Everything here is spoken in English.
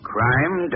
Crime